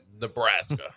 Nebraska